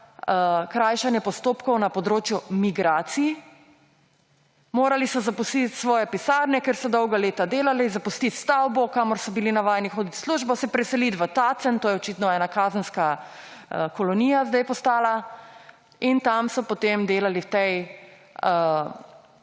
krajšanje postopkov na področju migracij. Morali so zapustiti svoje pisarne, kjer so dolga leta delali, zapustiti stavbo, kamor so bili navajeni hoditi v službo, se preseliti v Tacen, to je očitno ena kazenska kolonija sedaj postala, in tam so potem delali v tej